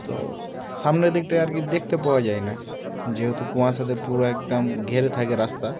তো সামনের দিকটা আর কি দেখতে পাওয়া যায় না যেহেতু কুয়াশাতে পুরো একদম ঘিরে থাকে রাস্তা